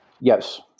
Yes